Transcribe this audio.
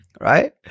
right